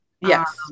Yes